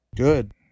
good